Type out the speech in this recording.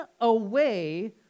away